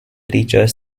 teachers